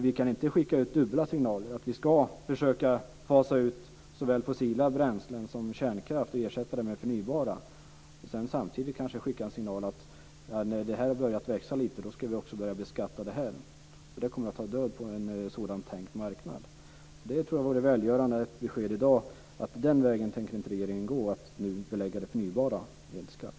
Vi kan ju inte skicka ut dubbla signaler, att vi ska försöka fasa ut såväl fossila bränslen som kärnkraft och ersätta dem med förnybara och samtidigt skicka signalen att när de börjat växa lite ska vi också börja beskatta dessa, för det kommer att ta död på en sådan tänkt marknad. Jag tror att det vore välgörande med ett besked i dag om att regeringen inte tänker välja vägen att belägga de förnybara energikällorna med skatt.